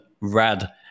Rad